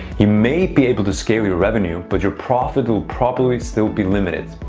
you may be able to scale your revenue, but your profit will probably still be limited.